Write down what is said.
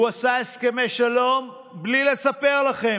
הוא עשה הסכמי שלום בלי לספר לכם,